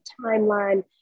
timeline